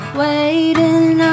waiting